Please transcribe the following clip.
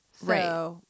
Right